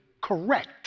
correct